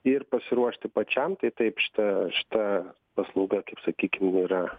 ir pasiruošti pačiam tai taip šita šita paslauga taip sakykim yra